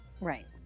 Right